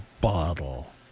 bottle